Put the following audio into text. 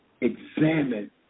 examine